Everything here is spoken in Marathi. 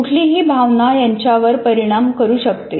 कुठलीही भावना यांच्यावर परिणाम करू शकते